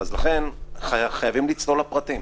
לכן חייבים לצלול לפרטים.